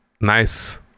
nice